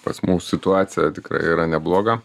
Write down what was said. pas mus situacija tikrai yra nebloga